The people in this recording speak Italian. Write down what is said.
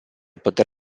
poter